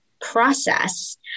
process